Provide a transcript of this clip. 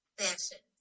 fashion